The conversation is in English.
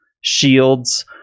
shields